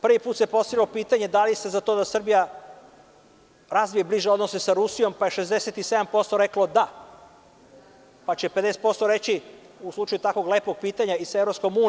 Prvi put se postavilo pitanje da li ste za to da Srbija razvije bliže odnose sa Rusijom, pa je67% reklo da, pa će 50% reći u slučaju tako lepog pitanja i sa EU.